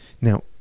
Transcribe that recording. now